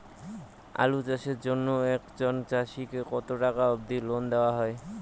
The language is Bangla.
আলু চাষের জন্য একজন চাষীক কতো টাকা অব্দি লোন দেওয়া হয়?